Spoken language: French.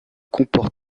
comporte